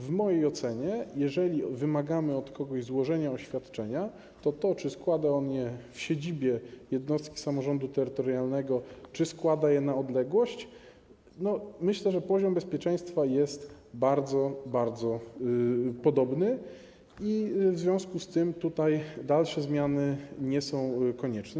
W mojej ocenie, jeżeli wymagamy od kogoś złożenia oświadczenia, to jeżeli chodzi o to, czy składa on je w siedzibie jednostki samorządu terytorialnego, czy składa je na odległość, to myślę, że poziom bezpieczeństwa jest bardzo, bardzo podobny i w związku z tym tutaj dalsze zmiany nie są konieczne.